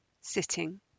sitting